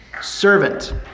servant